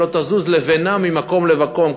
שלא תזוז לבנה ממקום למקום,